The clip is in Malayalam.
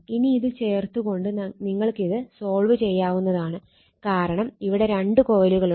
ഇനി ഇത് ചേർത്ത് കൊണ്ട് നിങ്ങൾക്കിത് സോൾവ് ചെയ്യാവുന്നതാണ് കാരണം ഇവിടെ രണ്ട് കോയിലുകളുണ്ട്